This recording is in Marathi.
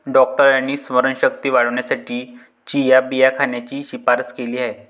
डॉक्टरांनी स्मरणशक्ती वाढवण्यासाठी चिया बिया खाण्याची शिफारस केली आहे